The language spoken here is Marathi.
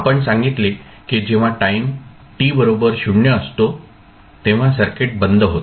आपण सांगितले की जेव्हा टाईम t बरोबर 0 असतो तेव्हा सर्किट बंद होते